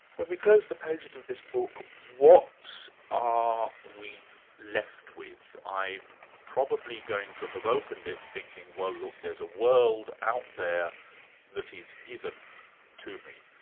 when we close the pages of this book what are we left with? i'm probably going to have opened it thinking, well look, there's a world out there that is given to me,